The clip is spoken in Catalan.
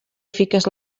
fiques